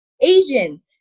Asian